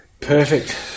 Perfect